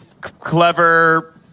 clever